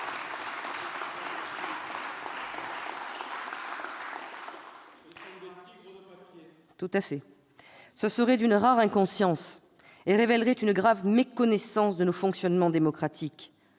tout cas, serait d'une rare inconscience et révélerait une grave méconnaissance de nos fonctionnements démocratiques.